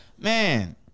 Man